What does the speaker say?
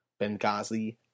Benghazi